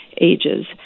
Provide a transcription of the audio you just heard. ages